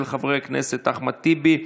של חברי הכנסת אחמד טיבי,